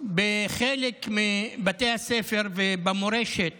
בחלק מבתי הספר ובמורשת